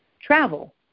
travel